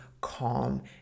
calm